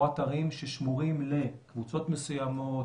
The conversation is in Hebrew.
או אתרים ששמורים לקבוצות מסוימות